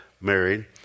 married